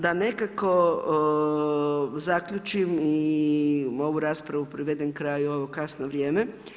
Da nekako zaključim i ovu raspravu privedem kraju u ovo kasno vrijeme.